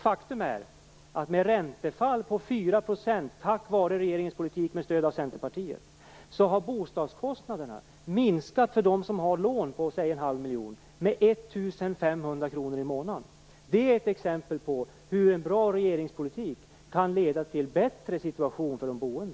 Faktum är att med ett räntefall på 4 %, tack vare regeringens politik med stöd av Centerpartiet, har bostadskostnaderna för dem som har lån på säg en halv miljon minskat med 1 500 kr i månaden. Det är ett exempel på hur en bra regeringspolitik kan leda till en bättre situation för de boende.